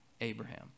Abraham